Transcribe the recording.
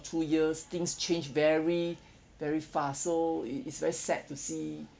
two years things change very very fast so it is very sad to see